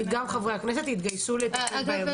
גם חברי הכנסת יתגייסו לטפל בהם,